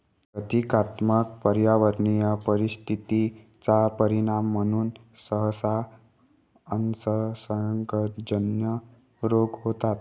प्रतीकात्मक पर्यावरणीय परिस्थिती चा परिणाम म्हणून सहसा असंसर्गजन्य रोग होतात